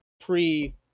pre